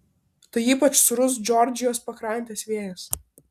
tai ypač sūrus džordžijos pakrantės vėjas